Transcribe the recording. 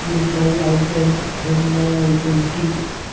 Hyundai I ten Hyundai I twenty